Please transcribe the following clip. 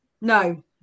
No